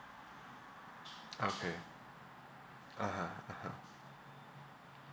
okay (uh huh) (uh huh)